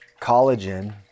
collagen